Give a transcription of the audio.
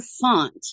font